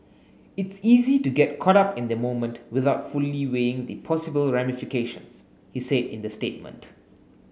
it's easy to get caught up in the moment without fully weighing the possible ramifications he said in the statement